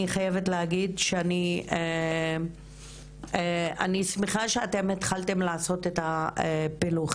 אני חייבת להגיד שאני שמחה שאתם התחלתם לעשות את הפילוחים,